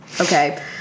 Okay